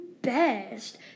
Best